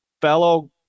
fellow